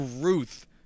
Ruth